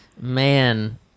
man